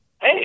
Hey